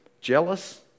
jealous